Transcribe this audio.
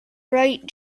right